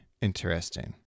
interesting